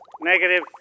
Negative